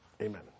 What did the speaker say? Amen